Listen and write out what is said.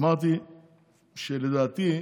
אמרתי שלדעתי,